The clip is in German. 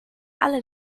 alle